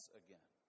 again